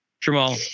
Jamal